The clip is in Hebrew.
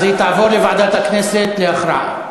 אז היא תעבור לוועדת הכנסת להכרעה.